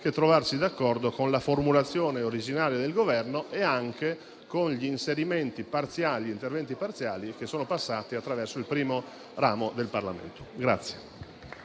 che trovarci d'accordo con la formulazione originaria del Governo e anche con gli interventi parziali che sono passati attraverso il primo ramo del Parlamento.